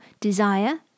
desire